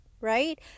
right